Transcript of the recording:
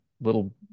little